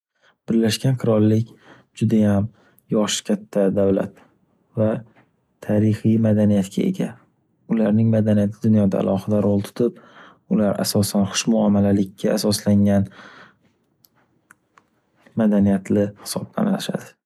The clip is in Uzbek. Birlashgan Qirollik judayam yoshi katta davlat va tarixiy madaniyatga ega. Ularning madaniyati dunyoda alohida rol tutib, ular asosan xushmuomalalikka asoslangan madaniyatli hisoblanashadi.